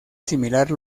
similar